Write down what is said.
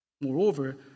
Moreover